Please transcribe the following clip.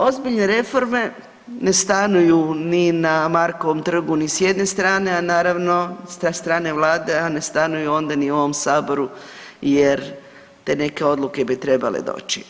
Ozbiljne reforme ne stanuju ni na Markovom trgu ni s jedne strane, a naravno sa strane Vlade ne stanuju onda ni u ovom Saboru jer te neke odluke bi trebale doći.